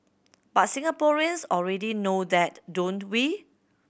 but Singaporeans already know that don't we